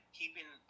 keeping